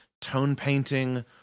tone-painting